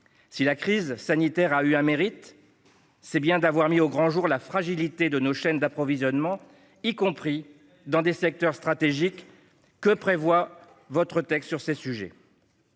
Si la crise sanitaire a eu un mérite, c'est bien celui d'avoir mis au grand jour la fragilité de nos chaînes d'approvisionnement, y compris dans des secteurs stratégiques. Que prévoit votre texte sur ces sujets ?